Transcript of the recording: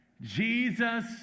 Jesus